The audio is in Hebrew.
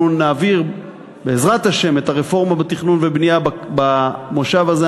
אנחנו נעביר בעזרת השם את הרפורמה בתכנון ובנייה במושב הזה,